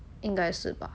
应该是吧